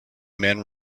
man